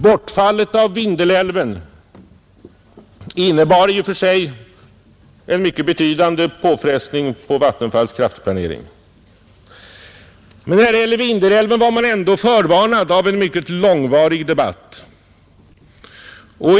Bortfallet av Vindelälven innebar i och för sig en mycket betydande påfrestning på Vattenfalls kraftplanering, men när det gällde Vindelälven var man ändå förvarnad av en mycket långvarig debatt.